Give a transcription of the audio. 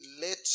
let